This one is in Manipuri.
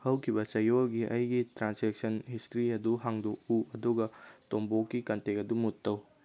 ꯍꯧꯈꯤꯕ ꯆꯌꯣꯜꯒꯤ ꯑꯩꯒꯤ ꯇ꯭ꯔꯥꯟꯁꯦꯛꯁꯟ ꯍꯤꯁꯇ꯭ꯔꯤ ꯑꯗꯨ ꯍꯥꯡꯗꯣꯛꯎ ꯑꯗꯨꯒ ꯇꯣꯝꯕꯣꯒꯤ ꯀꯟꯇꯦꯛ ꯑꯗꯨ ꯃꯨꯠ ꯇꯧ